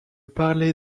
parlé